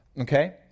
Okay